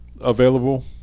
available